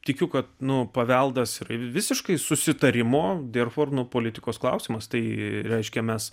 tikiu kad nu paveldas yra visiškai susitarimo derfor nu politikos klausimas tai reiškia mes